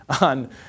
on